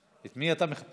יושב, את מי אתה מחפש?